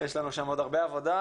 יש לנו שם עוד הרבה עבודה.